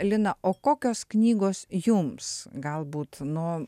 lina o kokios knygos jums galbūt nuo